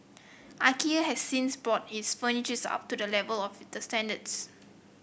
Ikea has since brought its furnitures up to the level of the standards